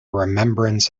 remembrance